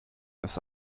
ist